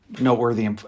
noteworthy